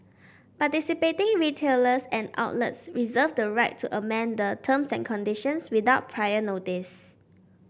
participating retailers and outlets reserve the right to amend the terms and conditions without prior notice